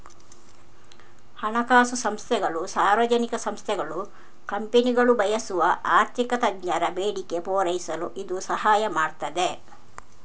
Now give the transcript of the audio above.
ಹಣಕಾಸು ಸಂಸ್ಥೆಗಳು, ಸಾರ್ವಜನಿಕ ಸಂಸ್ಥೆಗಳು, ಕಂಪನಿಗಳು ಬಯಸುವ ಆರ್ಥಿಕ ತಜ್ಞರ ಬೇಡಿಕೆ ಪೂರೈಸಲು ಇದು ಸಹಾಯ ಮಾಡ್ತದೆ